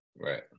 right